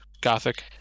gothic